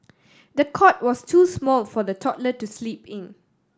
the cot was too small for the toddler to sleep in